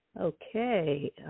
Okay